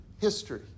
history